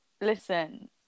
listen